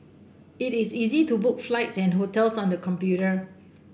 it is easy to book flights and hotels on the computer